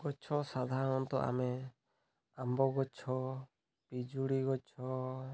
ଗଛ ସାଧାରଣତଃ ଆମେ ଆମ୍ବ ଗଛ ପିଜୁଳି ଗଛ